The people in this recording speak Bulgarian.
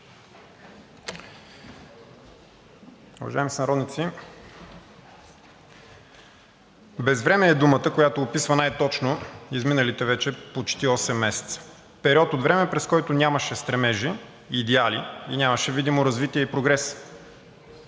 Уважаеми сънародници! Безвремие е думата, която описва най-точно изминалите вече почти осем месеца, период от време, през който нямаше стремежи, идеали и нямаше видимо развитие и прогрес.